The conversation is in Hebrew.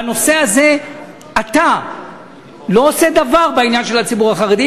בנושא הזה אתה לא עושה דבר בעניין של הציבור החרדי.